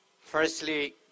Firstly